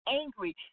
angry